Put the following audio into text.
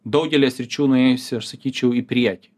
daugelyje sričių nuėjusi aš sakyčiau į priekį